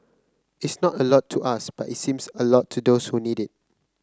it's not a lot to us but it seems a lot to those who need it